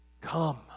Come